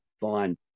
fine